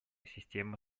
система